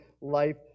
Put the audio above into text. life